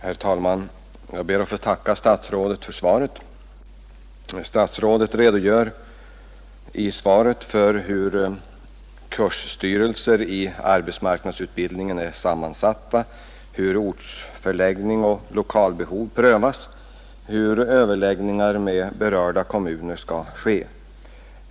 Herr talman! Jag ber att få tacka statsrådet för svaret på min interpellation. Statsrådet redogör i sitt svar för hur kursstyrelser i arbetsmarknadsutbildningen är sammansatta, hur ortsförläggning och lokalbehov prövas och hur överläggningar med berörda kommuner skall ske.